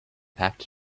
packed